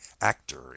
actor